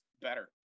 better